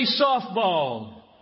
softball